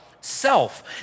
self